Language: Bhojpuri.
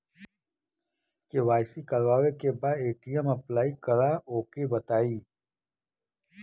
के.वाइ.सी करावे के बा ए.टी.एम अप्लाई करा ओके बताई?